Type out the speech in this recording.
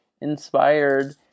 inspired